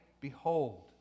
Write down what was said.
behold